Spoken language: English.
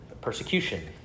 persecution